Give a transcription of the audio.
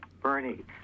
Bernie